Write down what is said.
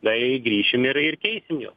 tai grįšim ir keisim juos